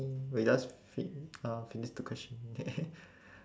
we just fi~ uh finish the question